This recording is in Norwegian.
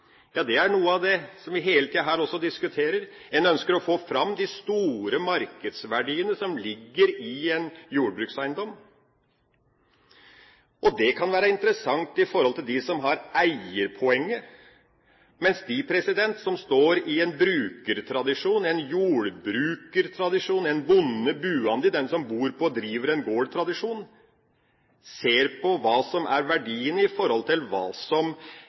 Ja, det er noe av det vi hele tida også diskuterer. En ønsker å få fram de store markedsverdiene som ligger i en jordbrukseiendom. Og det kan være interessant i forhold til dem som har eiepoenget, mens de som står i en brukertradisjon, en jordbrukertradisjon – en bonde buande, den-som-bor-på-og- driver-en-gård-tradisjon – ser på hva som er verdien i forhold til hva de får ut av det. Det er helt andre verdier. Enhver gårdbruker som